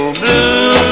blue